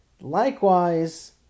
Likewise